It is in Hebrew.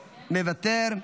מוותר,